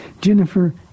Jennifer